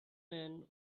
man